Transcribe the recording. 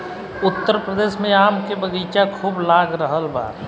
उत्तर प्रदेश में आम के बगीचा खूब लाग रहल बा